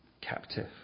captive